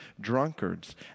Drunkards